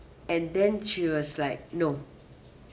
and then she was like no